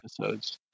episodes